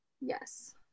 Yes